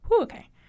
Okay